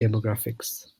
demographics